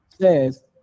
says